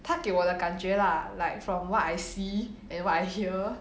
他给我的感觉 lah like from what I see and what I hear